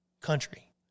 country